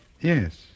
Yes